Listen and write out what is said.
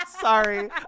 sorry